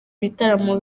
bitaramo